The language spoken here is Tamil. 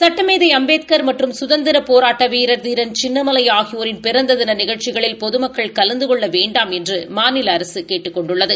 சட்டமேதை அம்பேத்கள் மற்றும் கதந்திரப் போராட்ட வீரர் தீரன் சின்னமலை ஆகியோரின் பிறந்த தின நிகழ்ச்சிகளில் பொதமக்கள் கலந்து கொள்ள வேண்டாம் என்று மாநில அரசு கேட்டுக் கொண்டுள்ளது